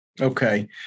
Okay